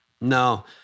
No